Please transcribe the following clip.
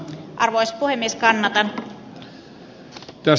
arvoisa puhemies